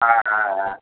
ஆ ஆ ஆ